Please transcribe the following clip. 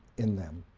in them.